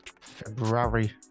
february